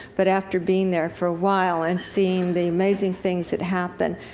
but after being there for a while, and seeing the amazing things that happened,